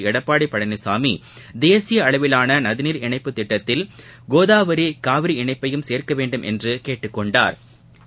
எடப்பாடி பழனிசாமி தேசிய அளவிலான நதிநீர் இனைப்பு திட்டத்தில் கோதாவரி காவேரி இணைப்பையும் சேர்க்க வேண்டும் என்று கேட்டுக்கொண்டாா்